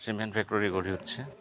cement factory কৰি উঠছে